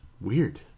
weird